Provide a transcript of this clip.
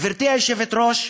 גברתי היושבת-ראש,